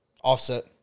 Offset